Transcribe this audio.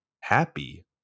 happy